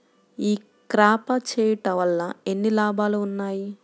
ఈ క్రాప చేయుట వల్ల ఎన్ని లాభాలు ఉన్నాయి?